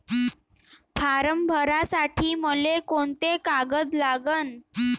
Form भरासाठी मले कोंते कागद लागन?